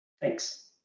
thanks